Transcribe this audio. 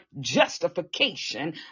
justification